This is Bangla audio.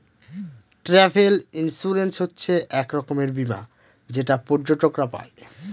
ট্রাভেল ইন্সুরেন্স হচ্ছে এক রকমের বীমা যেটা পর্যটকরা পাই